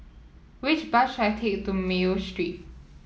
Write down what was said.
which bus should I take to Mayo Street